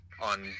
on